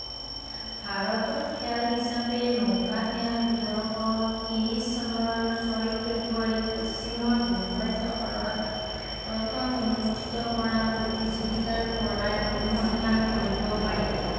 ভাৰতত খেল হিচাপে নৌকা খেল ওঠৰশ ত্ৰিৰিছ চনৰ ছয় ফেব্ৰুৱাৰীত পশ্চিমৰ বোম্বাই চহৰত প্ৰথম অনুষ্ঠিত কৰা প্ৰতিযোগিতাৰ পৰাই অনুসন্ধান কৰিব পাৰি